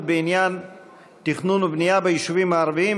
ובעניין תכנון ובנייה ביישובים הערביים,